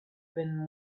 when